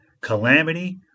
Calamity